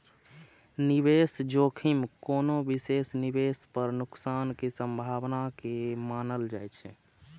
निवेश जोखिम कोनो विशेष निवेश पर नुकसान के संभावना के मानल जाइ छै